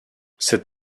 cette